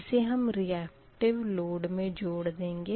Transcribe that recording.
इसे हम reactive load मे जोड़ देंगे